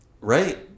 Right